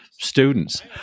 Students